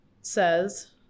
says